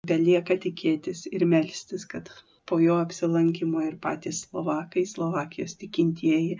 belieka tikėtis ir melstis kad po jo apsilankymo ir patys slovakai slovakijos tikintieji